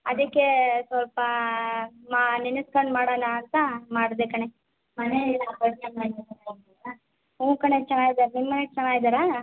ಅದಕ್ಕೆ ಸ್ವಲ್ಪ ಮಾ ನೆನಸ್ಕಂಡು ಮಾಡಣ ಅಂತ ಮಾಡಿದೆ ಕಣೆ ಹ್ಞೂ ಕಣೆ ಚೆನಾಗಿದಾರೆ ನಿಮ್ಮ ಮನೇಲಿ ಚೆನ್ನಾಗಿದಾರಾ